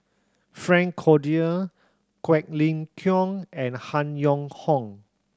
Frank Cloutier Quek Ling Kiong and Han Yong Hong